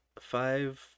five